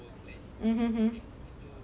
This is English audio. mmhmm hmm